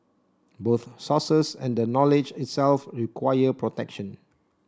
both sources and the knowledge itself require protection